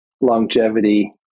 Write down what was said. longevity